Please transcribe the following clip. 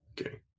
Okay